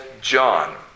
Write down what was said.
John